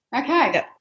Okay